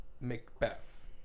Macbeth